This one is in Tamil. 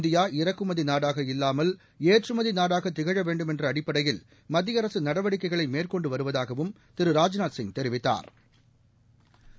இந்தியா இறக்குமதி நாடாக இல்லாமல் ஏற்றுமதி நாடாக திகழ வேண்டுமென்ற அடிப்படையில் மத்திய அரசு நடவடிக்கைகளை மேற்கொண்டு வருவதாகவும் திரு ராஜ்நாத்சிங் தெரிவித்தாா்